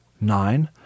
nine